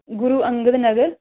ਗੁਰੂ Angad ਨਗਰ